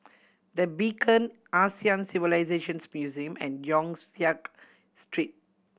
The Beacon Asian Civilisations Museum and Yong Siak Street